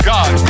God